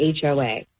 HOA